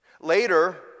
Later